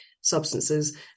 substances